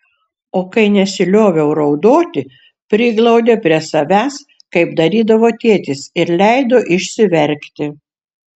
o kai nesilioviau raudoti priglaudė prie savęs kaip darydavo tėtis ir leido išsiverkti